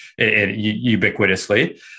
ubiquitously